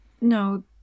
no